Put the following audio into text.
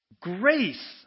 Grace